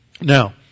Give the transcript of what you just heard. Now